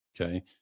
Okay